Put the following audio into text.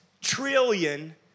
trillion